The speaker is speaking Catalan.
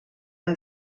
amb